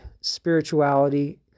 spirituality